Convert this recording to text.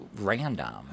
random